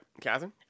Catherine